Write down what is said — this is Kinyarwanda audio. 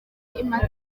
imaze